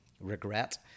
regret